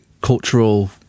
cultural